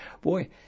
boy